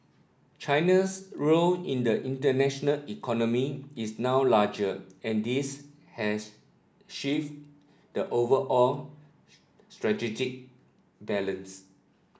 China's role in the international economy is now larger and this has shifted the overall strategic balance